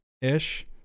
ish